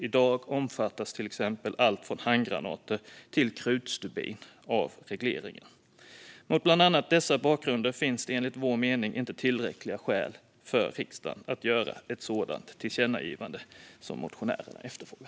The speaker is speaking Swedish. I dag omfattas allt från handgranater till krutstubin av regleringen. Mot bland annat dessa bakgrunder finns enligt vår mening inte tillräckliga skäl för riksdagen att göra ett sådant tillkännagivande som motionärerna efterfrågar.